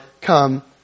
come